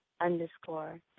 underscore